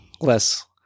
less